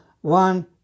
one